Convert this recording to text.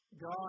God